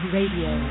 Radio